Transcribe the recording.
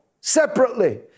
separately